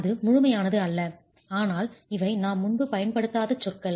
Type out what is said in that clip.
அது முழுமையானது அல்ல ஆனால் இவை நாம் முன்பு பயன்படுத்தாத சொற்கள்